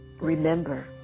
Remember